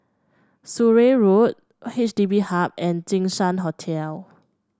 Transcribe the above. Surrey Road H D B Hub and Jinshan Hotel